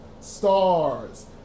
stars